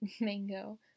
mango